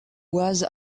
oise